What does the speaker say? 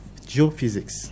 geophysics